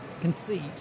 conceit